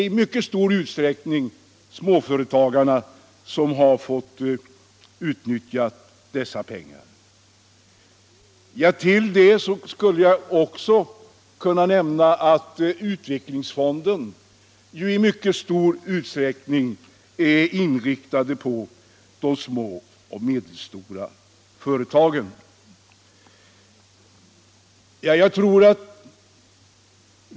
I mycket stor utsträckning är det småföretagarna som fått utnyttja dessa pengar. Till det skulle jag också kunna nämna att utvecklingsfonden i mycket stor utsträckning är inriktad på de små och medelstora företagen.